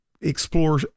explore